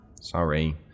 Sorry